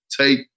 take